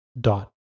dot